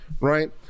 right